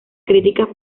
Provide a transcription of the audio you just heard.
críticas